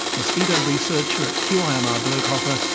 mosquito researcher at qimr um ah berghofer,